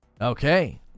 okay